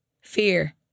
Fear